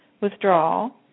Withdrawal